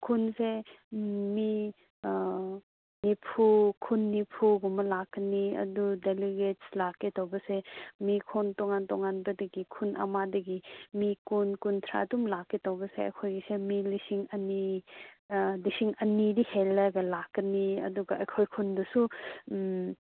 ꯈꯨꯟꯁꯦ ꯃꯤ ꯅꯤꯐꯨ ꯈꯨꯟ ꯅꯤꯝꯐꯨꯒꯨꯝꯕ ꯂꯥꯛꯀꯅꯤ ꯑꯗꯨ ꯗꯦꯂꯤꯒꯦꯠꯁ ꯂꯥꯛꯀꯦ ꯇꯧꯕꯁꯦ ꯃꯤ ꯈꯨꯟ ꯇꯣꯉꯥꯟ ꯇꯣꯉꯥꯟꯕꯗꯒꯤ ꯈꯨꯟ ꯑꯃꯗꯒꯤ ꯃꯤ ꯀꯨꯟ ꯀꯨꯟꯊ꯭ꯔꯥ ꯑꯗꯨꯝ ꯂꯥꯛꯀꯦ ꯇꯧꯕꯁꯦ ꯑꯩꯈꯣꯏꯒꯤꯁꯦ ꯃꯤ ꯂꯤꯁꯤꯡ ꯑꯅꯤ ꯂꯤꯁꯤꯡ ꯑꯅꯤꯗ ꯍꯦꯜꯂꯒ ꯂꯥꯛꯀꯅꯤ ꯑꯗꯨꯒ ꯑꯩꯈꯣꯏ ꯈꯨꯟꯗꯁꯨ